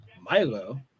Milo